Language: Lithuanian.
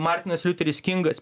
martinas liuteris kingas